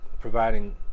providing